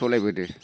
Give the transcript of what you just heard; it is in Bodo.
सोलिबोदों